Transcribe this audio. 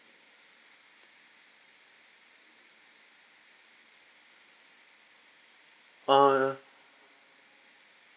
uh